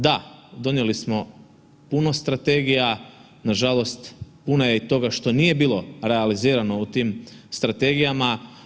Da, donijeli smo puno strategija, nažalost puno je i toga što nije bilo realizirano u tim strategijama.